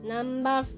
Number